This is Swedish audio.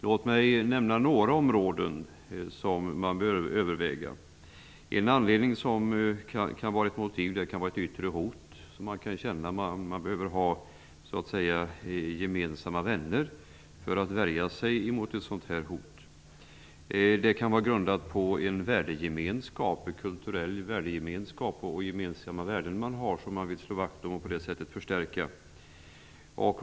Låt mig nämna några områden som man bör beakta. En anledning som kan utgöra ett motiv kan vara ett yttre hot. Man behöver så att säga ha gemensamma vänner för att värja sig mot ett sådant här hot. Det här kan också vara grundat på en kulturell värdegemenskap och på gemensamma värden som man vill slå vakt om och på det här sättet förstärka.